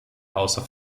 außer